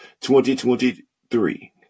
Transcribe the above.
2023